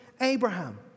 Abraham